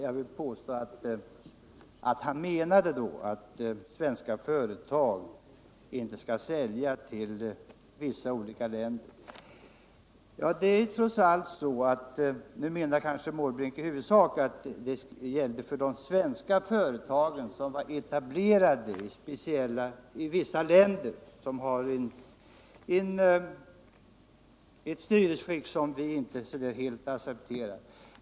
Jag vill påstå att han då menade att svenska företag inte skall sälja till vissa länder. Herr Måbrink kanske i huvudsak tänkte på de företag som är etablerade i vissa länder med ett styrelseskick som vi inte helt accepterar.